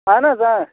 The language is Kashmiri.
اہَن حظ